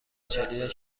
چلی